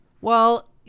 Well-